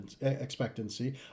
expectancy